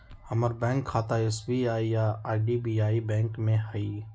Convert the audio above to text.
हमर बैंक खता एस.बी.आई आऽ आई.डी.बी.आई बैंक में हइ